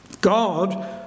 God